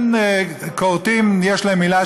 הם כורתים יש להם מילה,